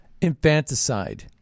infanticide